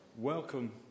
Welcome